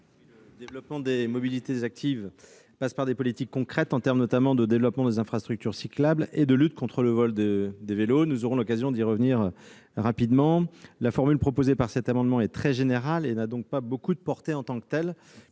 Le développement des mobilités actives passe par des politiques concrètes, en matière notamment de développement des infrastructures cyclables et de lutte contre le vol des vélos. Nous aurons l'occasion d'y revenir. La formule proposée par les auteurs de cet amendement est très générale. Elle n'a donc pas beaucoup de portée en tant que telle,